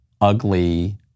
ugly